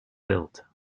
built